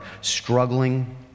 struggling